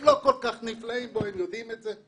הם לא כל כך נפלאים בו, הם יודעים את זה.